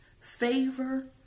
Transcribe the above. favor